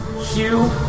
Hugh